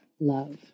love